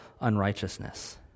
unrighteousness